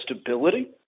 stability